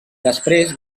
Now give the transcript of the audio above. després